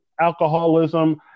alcoholism